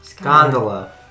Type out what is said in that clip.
Gondola